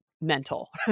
mental